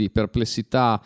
perplessità